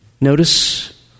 Notice